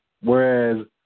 whereas